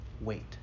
Wait